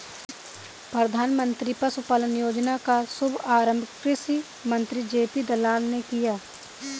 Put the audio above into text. प्रधानमंत्री पशुपालन योजना का शुभारंभ कृषि मंत्री जे.पी दलाल ने किया